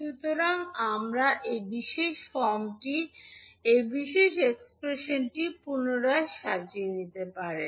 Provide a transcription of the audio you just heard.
সুতরাং আপনি এই বিশেষ ফর্মটি এই বিশেষ এক্সপ্রেশনটি পুনরায় সাজিয়ে নিতে পারেন